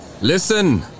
Listen